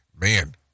Man